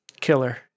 killer